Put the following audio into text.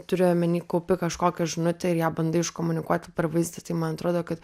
turiu omeny kaupi kažkokią žinutę ir ją bandai iškomunikuoti per vaizdą tai man atrodo kad